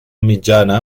mitjana